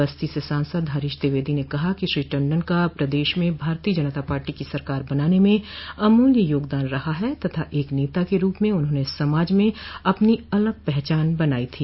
बस्ती से सांसद हरीश द्विवेदी ने कहा है कि श्री टण्डन का प्रदेश में भारतीय जनता पार्टी की सरकार बनने में अमूल्य योगदान रहा है तथा एक नेता के रूप में उन्होंने समाज में अपनी अलग पहचान बनायी थी